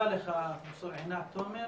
תודה לך, פרופ' עינת תומר.